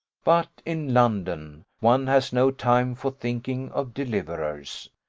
but in london one has no time for thinking of deliverers.